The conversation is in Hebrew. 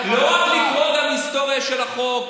לא רק ללמוד על ההיסטוריה של החוק,